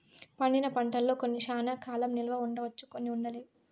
పండిన పంటల్లో కొన్ని శ్యానా కాలం నిల్వ ఉంచవచ్చు కొన్ని ఉండలేవు